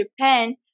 Japan